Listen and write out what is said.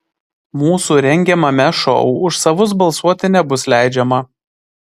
mūsų rengiamame šou už savus balsuoti nebus leidžiama